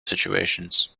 situations